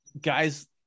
guys